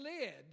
lid